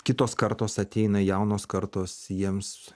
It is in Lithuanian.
kitos kartos ateina jaunos kartos jiems